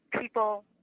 people